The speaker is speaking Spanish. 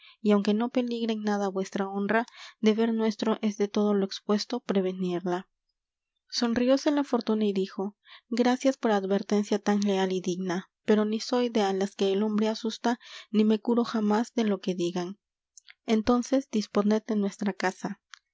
y aunque no peligra en nada vuestra honra deber nuestro es de todo lo expuesto prevenirla sonrióse la fortuna y dijo gracias por advertencia tan leal y digna pero ni soy de á las que el hombre asusta ni me curo jamás de lo que digan entonces disponed de nuestra casa